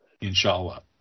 Inshallah